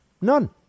None